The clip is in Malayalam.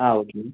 ആഹ് ഓക്കേ